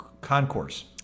concourse